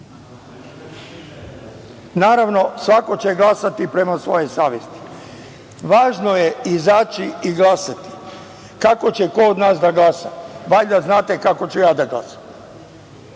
Naravno, svako će glasati prema svojoj savesti. Važno je izaći i glasati. Kako će ko od nas da glasa, valjda znate kako ću ja da glasam? Na